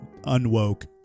unwoke